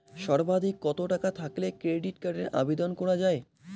সর্বাধিক কত টাকা থাকলে ক্রেডিট কার্ডের আবেদন করা য়ায়?